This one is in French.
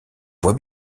voit